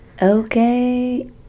okay